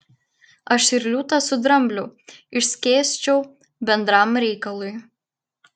aš ir liūtą su drambliu išskėsčiau bendram reikalui